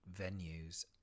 venues